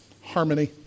harmony